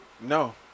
no